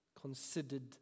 considered